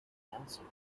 answer